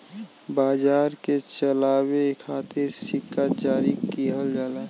बाजार के चलावे खातिर सिक्का जारी किहल जाला